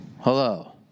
Hello